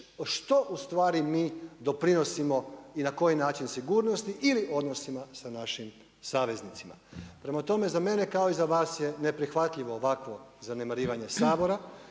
što u stvari mi doprinosimo i na koji način sigurnosti ili odnosima sa našim saveznicima. Prema tome, za mene kao i za vas je neprihvatljivo ovakvo zanemarivanje Sabora.